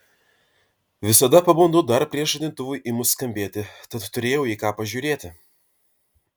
visada pabundu dar prieš žadintuvui ėmus skambėti tad turėjau į ką pažiūrėti